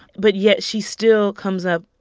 but yet she still comes up,